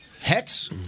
Hex